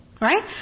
Right